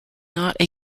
not